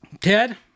Ted